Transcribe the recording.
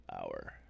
Hour